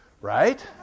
right